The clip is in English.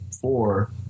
four